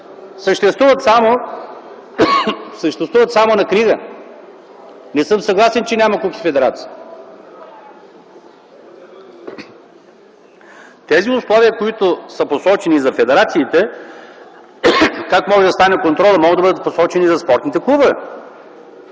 съществуват само на книга. Не съм съгласен, че няма кухи федерации. Условията, които са посочени за федерациите, как може да стане контролът, могат да бъдат посочени и за спортните клубове,